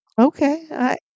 Okay